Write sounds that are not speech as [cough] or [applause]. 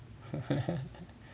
[laughs]